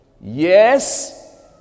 yes